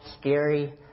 scary